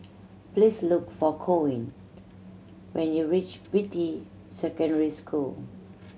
please look for Corwin when you reach Beatty Secondary School